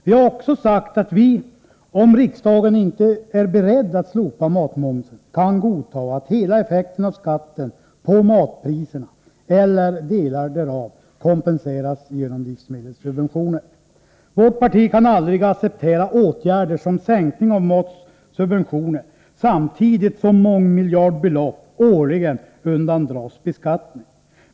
Vi har också sagt att vi, om riksdagen inte är beredd att slopa matmomsen, kan godta att hela effekten av skatten på matpriserna, eller delar därav, kompenseras genom livsmedelssubventioner. Vårt parti kan aldrig acceptera åtgärder som sänkning av matsubventioner, samtidigt som mångmiljardbelopp årligen undandras beskattning.